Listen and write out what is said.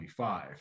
25